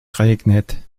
regnet